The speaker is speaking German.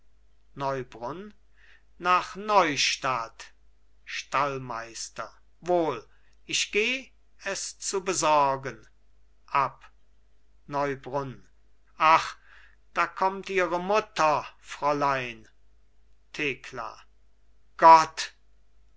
neubrunn nachneustadt stallmeister wohl ich geh es zu besorgen ab neubrunn ach da kommt ihre mutter fräulein thekla gott